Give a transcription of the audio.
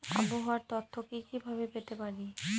আবহাওয়ার তথ্য কি কি ভাবে পেতে পারি?